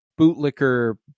bootlicker